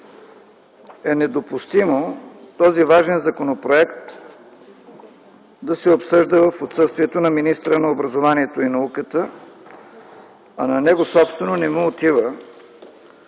е недопустимо този важен законопроект да се обсъжда в отсъствието на министъра на образованието и науката, а на него собствено не му отива